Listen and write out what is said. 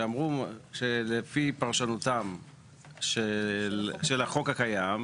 שאמרו שלפי פרשנותן של החוק הקיים,